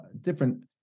different